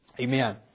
Amen